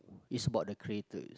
is about the creator